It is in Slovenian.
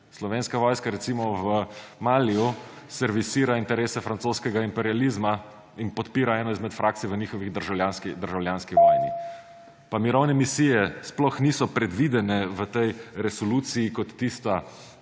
Slovenska vojska recimo v Maliju servisira interese francoskega imperializma in podpira eno izmed frakcij v njihovi državljanski vojni. Pa mirovne misije sploh niso predvidene v tej resoluciji kot tista